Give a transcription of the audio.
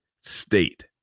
state